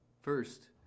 First